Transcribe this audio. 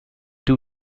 two